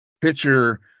picture